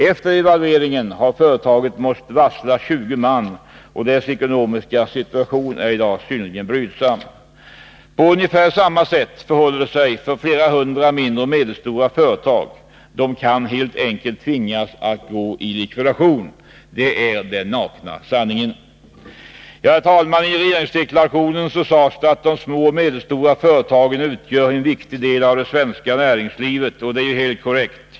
Efter devalveringen har företaget måst varsla 20 man, och dess ekonomiska situation är i dag synnerligen brydsam. På ungefär samma sätt förhåller det sig för flera hundra mindre och medelstora företag. De kan helt enkelt tvingas att gå i likvidation. Det är den nakna sanningen. Herr talman! I regeringsdeklarationen sades det att de små och medelstora företagen utgör en viktig del av det svenska näringslivet, och det är ju helt korrekt.